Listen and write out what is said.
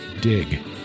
dig